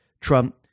trump